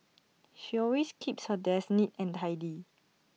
she always keeps her desk neat and tidy